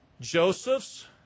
Joseph's